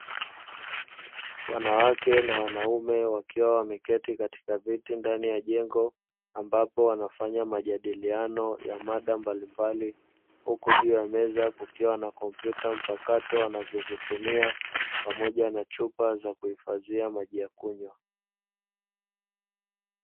Wanawake na wanaume wakiwa wameketi katika viti ndani ya jengo, ambapo wanafanya majadiliano ya mada mbalimbali; huku juu ya meza kukiwa na kompyuta mpakato wanazozitumia pamoja na chupa za kuhifadhia maji ya kunywa.